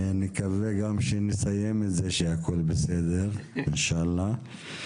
ונקווה גם שנסיים את זה כשהכל בסדר, אינשאללה.